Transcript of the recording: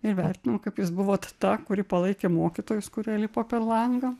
ir vertinimo kaip jūs buvot ta kuri palaikė mokytojus kurie lipo per langą